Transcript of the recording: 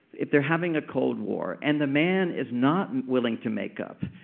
if they're having a cold war and the man is not willing to make up,